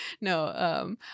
No